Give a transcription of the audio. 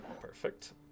Perfect